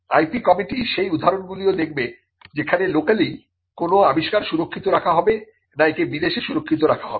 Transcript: IP committee সেই উদাহরণগুলিও দেখবে যেখানে লোক্যালি কোন আবিষ্কার সুরক্ষিত রাখা হবে না একে বিদেশে সুরক্ষিত রাখা হবে